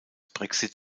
brexit